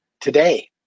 today